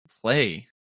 play